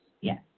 Yes